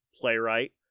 playwright